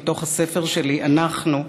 מתוך הספר שלי "אנחנו",